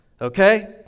Okay